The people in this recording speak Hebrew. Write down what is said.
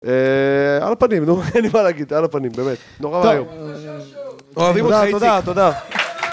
אה... על הפנים, נו, אין לי מה להגיד, על הפנים, באמת, נורא ואיום. טוב אוהבים אותך תודה, תודה, תודה.